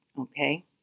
Okay